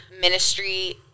ministry